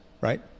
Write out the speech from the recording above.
Right